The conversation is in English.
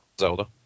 Zelda